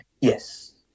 Yes